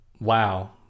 Wow